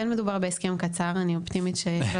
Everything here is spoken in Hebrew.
כן מדובר בהסכם קצר ואני אופטימית שלא